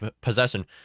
possession